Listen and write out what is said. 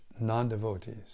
non-devotees